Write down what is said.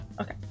Okay